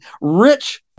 rich